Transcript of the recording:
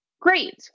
great